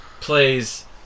Plays